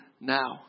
now